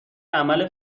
عمل